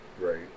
Right